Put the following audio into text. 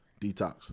Detox